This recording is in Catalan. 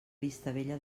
vistabella